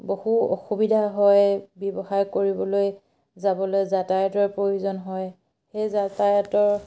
বহু অসুবিধা হয় ব্যৱসায় কৰিবলৈ যাবলৈ যাতায়তৰ প্ৰয়োজন হয় সেই যাতায়তৰ